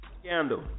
Scandal